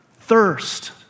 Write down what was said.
thirst